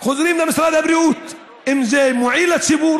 חוזרים למשרד הבריאות, אם זה מועיל לציבור